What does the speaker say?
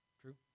True